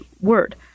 word